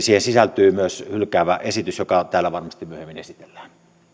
siihen sisältyy myös hylkäävä esitys joka täällä varmasti myöhemmin esitellään